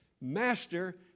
Master